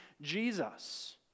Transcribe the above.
Jesus